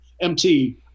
MT